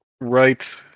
Right